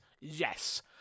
Yes